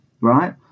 right